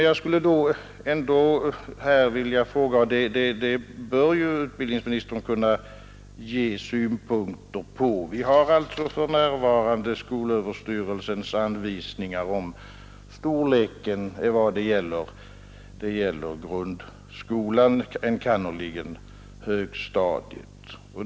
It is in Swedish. Jag skulle ändå här vilja ställa en fråga som utbildningsministern bör kunna ge synpunkter på. Vi har för närvarande skolöverstyrelsens anvisningar om storleken vad gäller grundskolan, enkannerligen högstadiet.